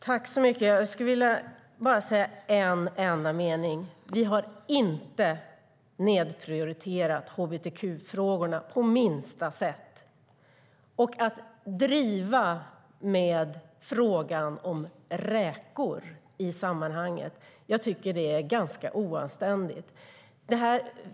Fru talman! Jag skulle bara vilja säga en enda mening: Vi har inte nedprioriterat hbtq-frågorna på minsta sätt. Att driva med frågan om räkor i sammanhanget tycker jag är ganska oanständigt.